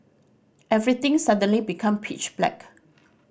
everything suddenly become pitch black